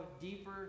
deeper